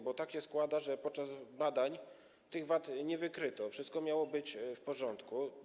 Bo tak się składa, że podczas badań tych wad nie wykryto, wszystko miało być w porządku.